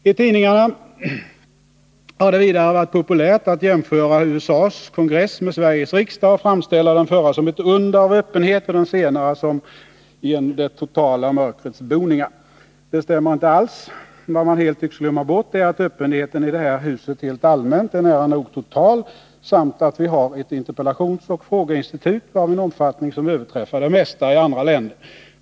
Ttidningarna har det vidare varit populärt att jämföra USA:s kongress med Sveriges riksdag och framställa den förra som ett under av öppenhet och den senare som en det totala mörkrets boningar. Det stämmer inte alls. Vad man 145 helt tycks glömma bort är att öppenheten i det här huset helt allmänt är nära nogtotal samt att vi har ett interpellationsoch frågeinstitut av en omfattning som överträffar det mesta i andra länder.